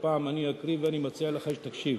והפעם אקריא ואני מציע לך שתקשיב.